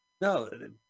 no